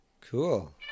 Cool